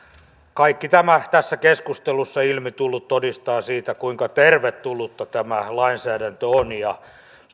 kaikki tämä tässä keskustelussa ilmi tullut todistaa siitä kuinka tervetullutta tämä lainsäädäntö on ja